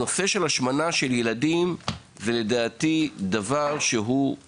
הנושא של השמנת ילדים הוא לדעתי אסון.